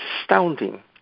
astounding